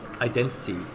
identity